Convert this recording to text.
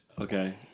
Okay